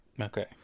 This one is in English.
Okay